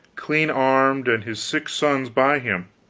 clean armed, and his six sons by him,